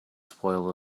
spoiled